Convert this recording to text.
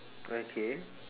okay